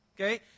Okay